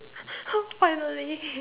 finally